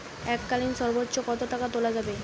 এককালীন সর্বোচ্চ কত টাকা তোলা যাবে?